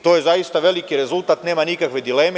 To je zaista veliki rezultat i nema nikakve dileme.